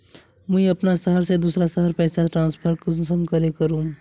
मुई अपना शहर से दूसरा शहर पैसा ट्रांसफर कुंसम करे करूम?